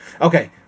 okay